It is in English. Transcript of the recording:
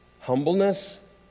Humbleness